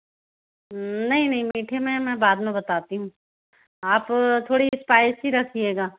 नहीं नहीं मीठे में मैं बाद में बताती हूँ आप थोड़ी स्पाइसी रखिएगा